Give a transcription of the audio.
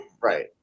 Right